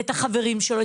את החברים שלו,